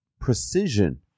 precision